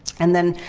and then,